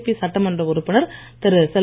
BJP சட்டமன்ற உறுப்பினர் திரு